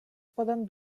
poden